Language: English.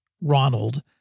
Ronald